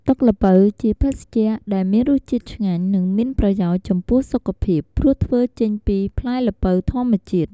ទឹកល្ពៅជាភេសជ្ជៈដែលមានរសជាតិឆ្ងាញ់ និងមានប្រយោជន៍ចំពោះសុខភាព ព្រោះធ្វើចេញពីផ្លែល្ពៅធម្មជាតិ។